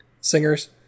singers